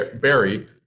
Barry